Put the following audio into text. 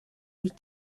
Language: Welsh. wyt